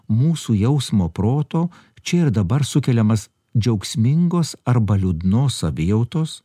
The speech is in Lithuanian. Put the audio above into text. mūsų jausmo proto čia ir dabar sukeliamas džiaugsmingos arba liūdnossavijautos